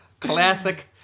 Classic